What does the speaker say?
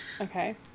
Okay